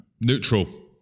Neutral